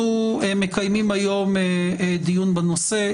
אנחנו מקיימים היום דיון בנושא,